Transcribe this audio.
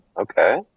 Okay